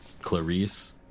Clarice